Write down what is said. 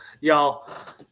y'all